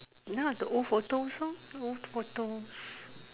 ya the old photos lor old photos